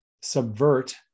subvert